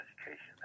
education